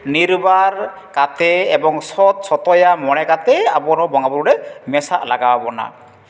ᱱᱤᱨᱵᱟᱨ ᱠᱟᱛᱮᱜ ᱮᱵᱚᱝ ᱥᱚᱛ ᱥᱚᱛᱭᱟ ᱢᱚᱱᱮ ᱠᱟᱛᱮᱜ ᱟᱵᱚ ᱱᱚᱣᱟ ᱵᱚᱸᱜᱟᱼᱵᱩᱨᱩ ᱨᱮ ᱢᱮᱥᱟᱜ ᱞᱟᱜᱟᱣ ᱟᱵᱚᱱᱟ